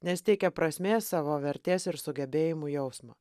nes teikia prasmės savo vertės ir sugebėjimų jausmą